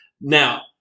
Now